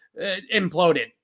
imploded